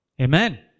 Amen